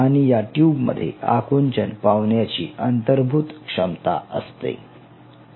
आणि या ट्युब मध्ये आकुंचन पावण्याची अंतर्भूत क्षमता असते